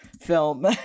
film